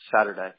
Saturday